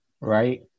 right